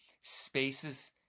spaces